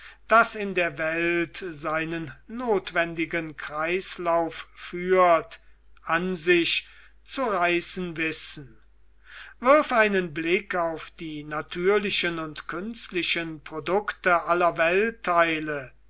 das in der welt seinen notwendigen kreislauf führt an sich zu reißen wissen wirf einen blick auf die natürlichen und künstlichen produkte aller